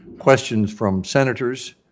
questions from senators